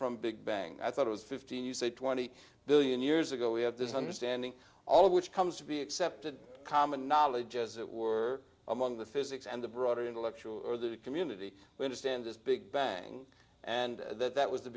from big bang i thought it was fifteen you say twenty billion years ago we have this understanding all of which comes to be accepted common knowledge as it were among the physics and the broader intellectual or the community we understand this big bang and that that was the